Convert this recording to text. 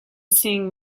seeing